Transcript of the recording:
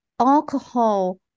alcohol